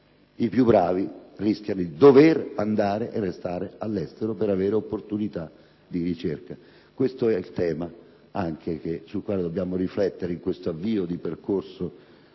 i più bravi rischiano di dover andare e restare all'estero per avere opportunità di ricerca. Anche questo è il tema su cui dobbiamo riflettere in questo avvio di percorso